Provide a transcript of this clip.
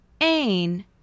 Ain